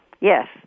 Yes